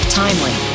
timely